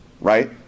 right